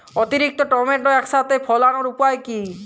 অতিরিক্ত টমেটো একসাথে ফলানোর উপায় কী?